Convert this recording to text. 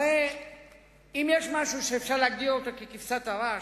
הרי אם יש משהו שאפשר להגדיר אותו ככבשת הרש,